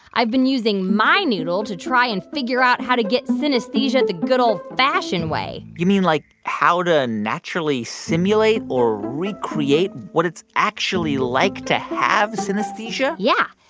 i've been using my noodle to try and figure out how to get synesthesia the good, old-fashioned way you mean like how to naturally simulate or recreate what it's actually like to have synesthesia? yeah.